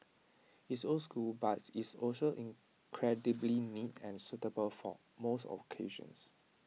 it's old school but it's also incredibly neat and suitable for most occasions